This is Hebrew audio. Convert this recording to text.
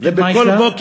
מה יש לה לרשות?